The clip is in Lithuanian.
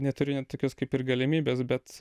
neturiu net tokios kaip ir galimybės bet